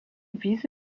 vise